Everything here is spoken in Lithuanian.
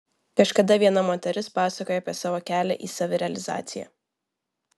kažkada viena moteris pasakojo apie savo kelią į savirealizaciją